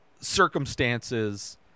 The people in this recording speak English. Circumstances